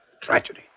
Tragedy